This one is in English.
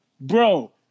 Bro